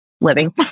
living